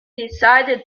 decided